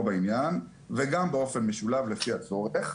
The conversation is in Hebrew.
בעניין וגם באופן משולב לפי הצורך.